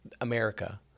America